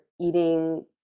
eating